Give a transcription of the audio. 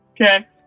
Okay